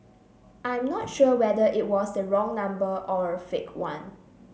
I'm not sure whether it was the wrong number or a fake one